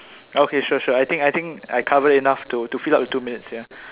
okay sure sure I think I think I cover enough to to fill up the two minutes ya